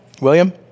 William